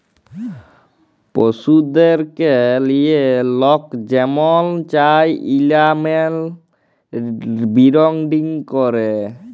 পশুদেরকে লিঁয়ে লক যেমল চায় এলিম্যাল বিরডিং ক্যরে